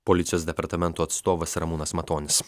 policijos departamento atstovas ramūnas matonis